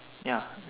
ya